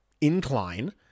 incline